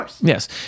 Yes